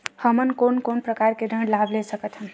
हमन कोन कोन प्रकार के ऋण लाभ ले सकत हन?